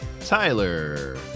Tyler